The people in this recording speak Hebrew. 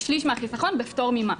מהחיסכון בפטור ממס,